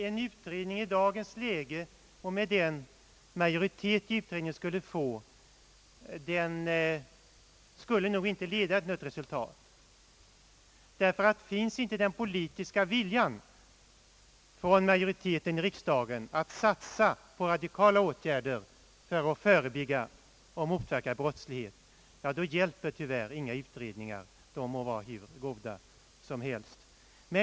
En utredning i dagens läge, och med den majoritet en sådan utredning skulle få, skulle nog inte ge det önskade resultatet. Finns inte den politiska viljan från majoriteten i riksdagen att satsa på radikala åtgärder för att förebygga och motverka brottslighet, då hjälper tyvärr inga utredningar, de må vara hur goda som helst.